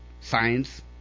science